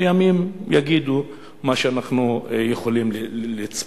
וימים יגידו למה אנחנו יכולים לצפות.